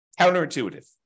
Counterintuitive